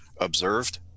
observed